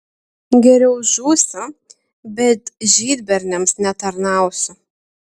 geriau žūsiu bet žydberniams netarnausiu